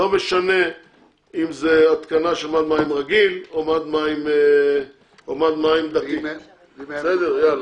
לא משנה אם זה התקנה של מד מים רגיל או מד מים --- מי בעד?